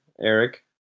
Eric